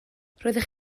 roeddech